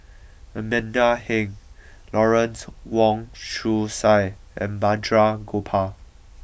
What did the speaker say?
Amanda Heng Lawrence Wong Shyun Tsai and Balraj Gopal